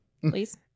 Please